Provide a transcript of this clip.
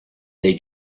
they